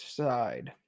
side